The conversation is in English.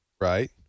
right